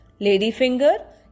Ladyfinger